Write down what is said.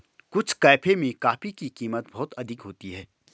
कुछ कैफे में कॉफी की कीमत बहुत अधिक होती है